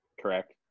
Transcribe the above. Correct